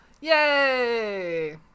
Yay